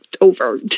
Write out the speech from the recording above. over